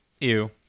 Ew